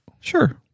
Sure